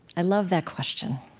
i love that question,